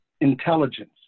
intelligence